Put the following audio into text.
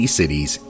cities